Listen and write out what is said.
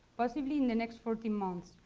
possibly in the next fourteen months.